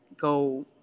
go